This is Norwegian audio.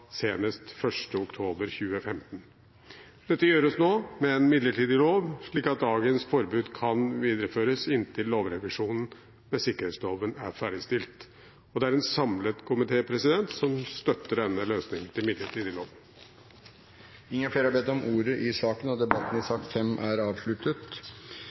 senest 1. oktober 2015. Dette gjøres nå med en midlertidig lov, slik at dagens forbud kan videreføres inntil lovrevisjonen med sikkerhetsloven er ferdigstilt. Det er en samlet komité som støtter denne løsningen med midlertidig lov. Flere har ikke bedt om ordet til sak nr. 5. Etter ønske fra utenriks- og